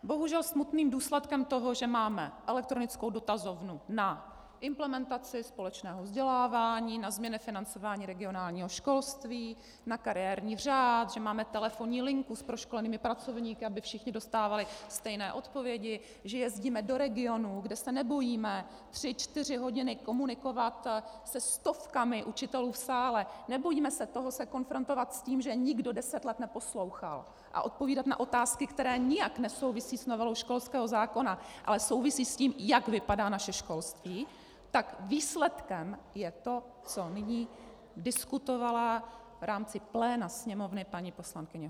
Bohužel smutným důsledkem toho, že máme elektronickou dotazovnu na implementaci společného vzdělávání, na změny financování regionálního školství, na kariérní řád, že máme telefonní linku s proškolenými pracovníky, aby všichni dostávali stejné odpovědi, že jezdíme do regionů, kde se nebojíme tři čtyři hodiny komunikovat se stovkami učitelů v sále, nebojíme se toho se konfrontovat s tím, že je nikdo deset let neposlouchal, a odpovídat na otázky, které nijak nesouvisí s novelou školského zákona, ale souvisí s tím, jak vypadá naše školství, tak výsledkem je to, co nyní diskutovala v rámci pléna Sněmovny paní poslankyně Hubáčková.